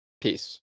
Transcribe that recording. peace